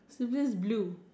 similar as blue